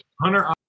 Hunter